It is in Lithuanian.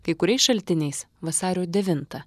kai kuriais šaltiniais vasario devintą